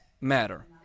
matter